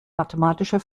mathematischer